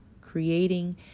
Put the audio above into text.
creating